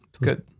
good